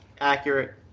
accurate